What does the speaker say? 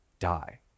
die